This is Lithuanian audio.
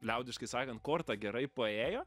liaudiškai sakant korta gerai paėjo